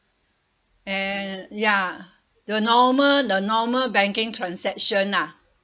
and ya the normal the normal banking transaction ah